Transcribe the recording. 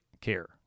care